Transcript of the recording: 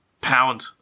pound